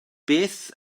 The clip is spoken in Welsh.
beth